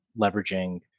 leveraging